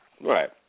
Right